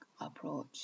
approach